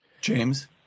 James